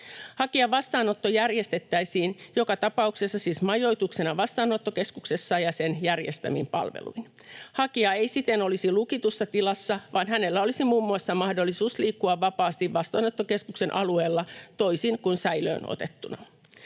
Hakijan vastaanotto järjestettäisiin joka tapauksessa siis majoituksena vastaanottokeskuksessa ja sen järjestämin palveluin. Hakija ei siten olisi lukitussa tilassa, vaan hänellä olisi muun muassa mahdollisuus liikkua vapaasti vastaanottokeskuksen alueella, toisin kuin säilöön otettuna.